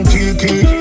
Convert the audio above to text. Kiki